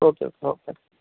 okay okay हो sir